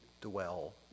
dwell